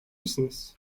misiniz